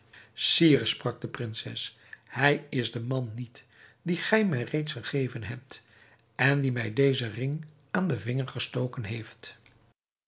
sprak de prinses hij is de man niet dien gij mij reeds gegeven hebt en die mij dezen ring aan den vinger gestoken heeft